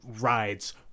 rides